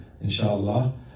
inshallah